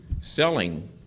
Selling